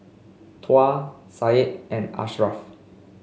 Tuah Said and Ashraff